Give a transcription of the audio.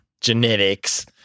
genetics